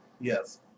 Yes